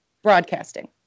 Broadcasting